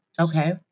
Okay